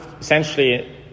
essentially